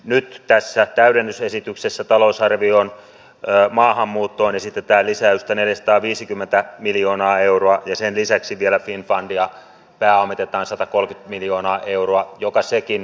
nyt tässä täydennysesityksessä talousarvioon maahanmuuttoon esitetään lisäystä neljäsataaviisikymmentä miljoonaa euroa ja sen lisäksi vieläkin pahempia pääomitetaan satakolme miljoonaa euroa joka sekin